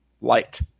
light